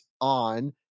on